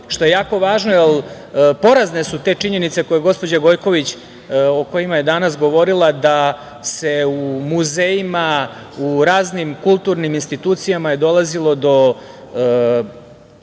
što je jako važno, jer porazne su te činjenice o kojima je gospođa Gojković danas govorila, da je u muzejima, u raznim kulturnim institucijama, dolazilo do